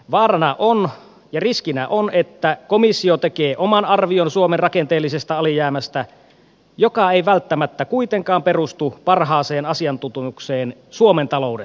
vaarana ja riskinä on että komissio tekee oman arvion suomen rakenteellisesta alijäämästä joka ei välttämättä kuitenkaan perustu parhaaseen asiantuntemukseen suomen taloudesta